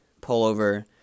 pullover